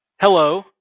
Hello